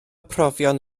profion